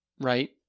right